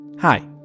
Hi